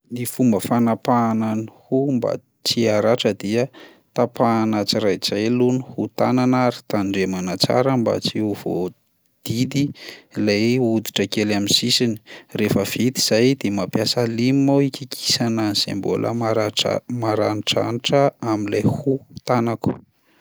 Ny fomba fanapahana ny hoho mba tsy haratra dia tapahana tsiraidray aloha ny hohon-tanana ary tandremana tsara mba tsy ho voadidy ilay hoditra kely amin'ny sisiny, rehefa vita zay de mampiasa lime aho ikikisana an'zay mbola maratra- maranidranitra amin'ilay hoho tanako.